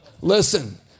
listen